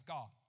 God